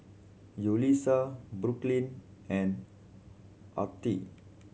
Yulissa Brooklyn and Artie